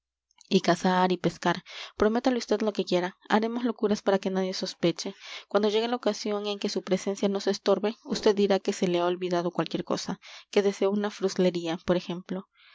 y cazar y pescar prométale vd lo que quiera haremos locuras para que nadie sospeche cuando llegue la ocasión en que su presencia nos estorbe vd dirá que se le ha olvidado cualquier cosa que desea una fruslería por ejemplo